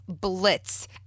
blitz